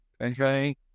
Okay